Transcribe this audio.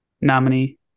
nominee